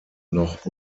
noch